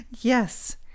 yes